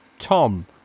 Tom